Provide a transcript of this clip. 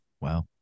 Wow